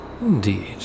Indeed